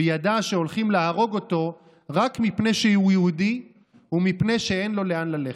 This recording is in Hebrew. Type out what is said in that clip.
וידע שהולכים להרוג אותו רק מפני שהוא יהודי ומפני שאין לו לאן ללכת.